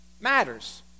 matters